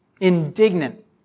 Indignant